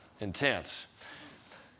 intense